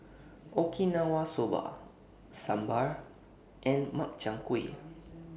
Okinawa Soba Sambar and Makchang Gui